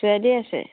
ছোৱালী আছে